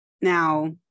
Now